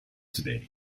today